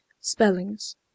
spellings